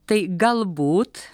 tai galbūt